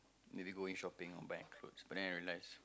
maybe going shopping or buying clothes but then I realize